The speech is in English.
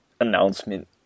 announcement